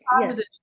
positive